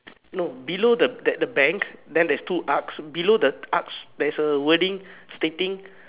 no below the that the bank then there's two arcs below the arcs there's a wording stating